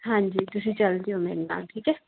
ਹਾਂਜੀ ਤੁਸੀਂ ਚਲ ਜਿਓ ਮੇਰੇ ਨਾਲ ਠੀਕ ਹੈ